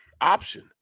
option